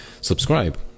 subscribe